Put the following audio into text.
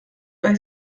weist